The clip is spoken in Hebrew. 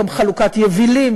גם חלוקת יבילים,